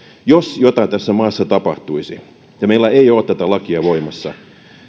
jos jotain tässä maassa tapahtuisi ja meillä ei ole tätä lakia voimassa